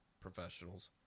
professionals